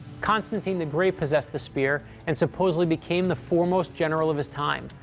constantine the great possessed the spear and supposedly became the foremost general of his time,